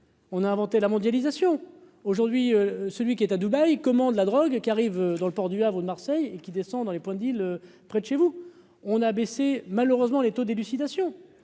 on a inventé la mondialisation aujourd'hui celui qui est à Dubaï, commande la drogue qui arrive dans le port du Havre de Marseille qui descend dans les points près de chez vous, on a abaissé malheureusement les taux d'élucidation